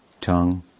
tongue